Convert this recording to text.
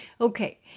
Okay